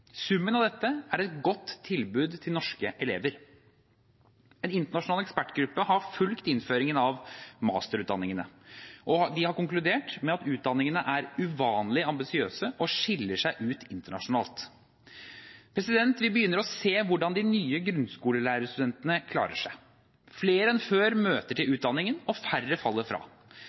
Summen av dette er et godt tilbud til norske elever. En internasjonal ekspertgruppe har fulgt innføringen av masterutdanningene og konkludert med at utdanningene er uvanlig ambisiøse og skiller seg ut internasjonalt. Vi begynner å se hvordan de nye grunnskolelærerstudentene klarer seg. Flere enn før møter til utdanningen, og færre faller fra.